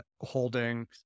holding